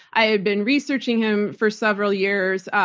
i had been researching him for several years.